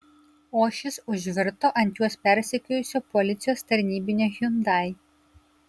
o šis užvirto ant juos persekiojusio policijos tarnybinio hyundai